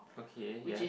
okay ya